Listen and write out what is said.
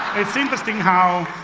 it's interesting how,